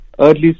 early